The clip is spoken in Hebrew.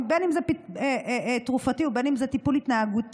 בין שזה תרופתי ובין שזה טיפול התנהגותי,